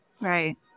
Right